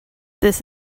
this